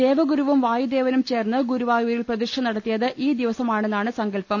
ദേവഗുരുവും വായുദേവനും ചേർന്ന് ഗുരുവായൂരിൽ പ്രതിഷ്ഠ നടത്തിയത് ഈ ദിവസമാണെന്നാണ് സങ്കൽപ്പം